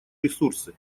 ресурсы